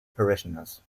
parishioners